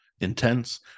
intense